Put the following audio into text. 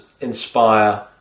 inspire